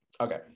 okay